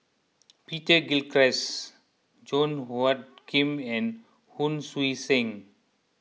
Peter Gilchrist Song Hoot Kiam and Hon Sui Sen